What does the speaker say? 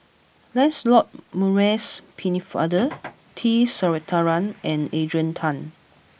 Lancelot Maurice Pennefather T Sasitharan and Adrian Tan